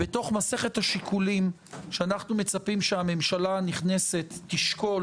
בתוך מערכת השיקולים שאנחנו מצפים שהממשלה הנכנסת תשקול